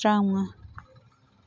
ꯇꯔꯥꯃꯉꯥ